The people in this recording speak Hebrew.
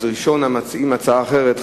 אז ראשון המציעים הצעה אחרת,